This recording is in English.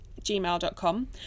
gmail.com